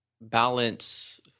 balance